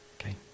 Okay